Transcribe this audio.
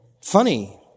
funny